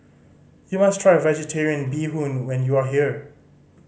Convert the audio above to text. you must try Vegetarian Bee Hoon when you are here